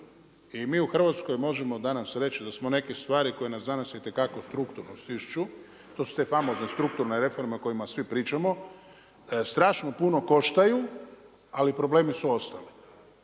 I mi u Hrvatskoj možemo danas reći da smo neke stvari koje nas danas itekako strukturno stišću. To su te famozne strukturne reforme o kojima svi pričamo. Strašno puno koštaju, ali problemi su ostali.